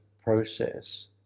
process